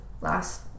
last